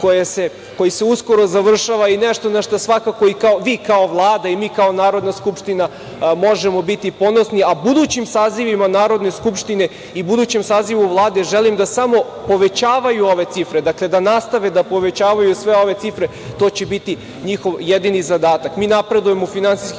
koji se uskoro završava i nešto na šta svakako vi kao Vlada i mi kao Narodna skupština možemo biti ponosni, a budućim sazivima Narodne skupštine i budućem sazivu Vlade želim da samo povećavaju ove cifre, dakle, da nastave da povećavaju sve ove cifre. To će biti njihov jednini zadatak.